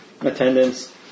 attendance